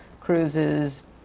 cruises